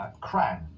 Cran